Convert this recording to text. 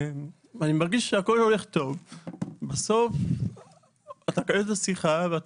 אני מרגיש שהכול הולך טוב ואז אתה יוצא ואומר,